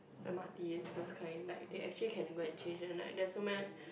M_R_T those kind like they actually can go and change and like there's so many